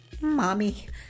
Mommy